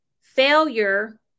failure